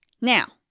Now